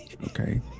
Okay